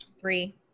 Three